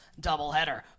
doubleheader